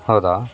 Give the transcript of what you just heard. ಹೌದಾ